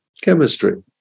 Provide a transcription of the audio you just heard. chemistry